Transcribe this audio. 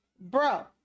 Bro